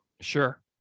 Sure